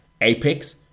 apex